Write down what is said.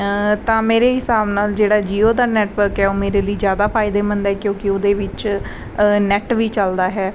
ਤਾਂ ਮੇਰੇ ਹਿਸਾਬ ਨਾਲ ਜਿਹੜਾ ਜੀਓ ਦਾ ਨੈਟਵਰਕ ਹੈ ਉਹ ਮੇਰੇ ਲਈ ਜ਼ਿਆਦਾ ਫਾਇਦੇਮੰਦ ਹੈ ਕਿਉਂਕਿ ਉਹਦੇ ਵਿੱਚ ਨੈਟ ਵੀ ਚੱਲਦਾ ਹੈ